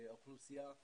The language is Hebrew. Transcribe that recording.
באוכלוסייה,